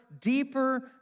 deeper